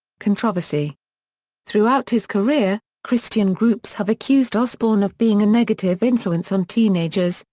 controversy throughout his career, christian groups have accused osbourne of being a negative influence on teenagers,